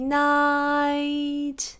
night